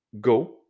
go